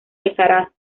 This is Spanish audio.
alcaraz